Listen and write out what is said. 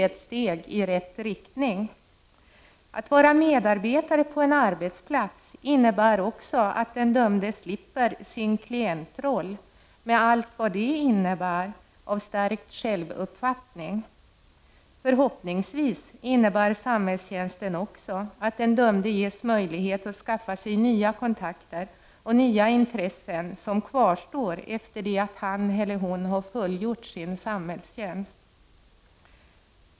Att vara medarbetare på en arbetsplats innebär också att den dömde slipper sin klientroll med allt vad det innebär av stärkt självuppfattning. Förhoppningsvis innebär samhällstjänsten också att den dömde ges möjlighet att skaffa sig nya kontakter och nya intressen som kvarstår efter det att han eller hon har fullgjort sin samhällstjänst.